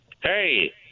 hey